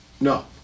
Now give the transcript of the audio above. No